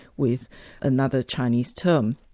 with another chinese term.